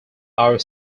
our